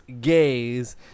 gays